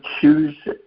choose